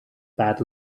bad